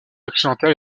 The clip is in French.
occidental